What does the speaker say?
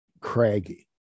craggy